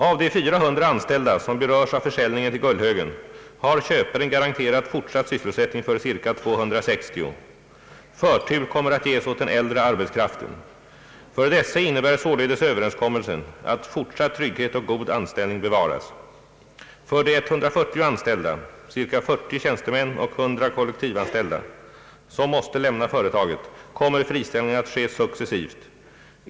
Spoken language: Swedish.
Av de 400 anställda som berörs av försäljningen till Gullhögen, har köparen garanterat fortsatt sysselsättning för ca 260. Förtur kommer att ges åt den äldre arbetskraften. För dessa innebär således överenskommelsen att fortsatt trygghet och god anställning bevaras. För de 140 anställda — ca 40 tjänstemän och 100 kollektivanställda — som måste lämna företaget, kommer friställningarna att ske successivt.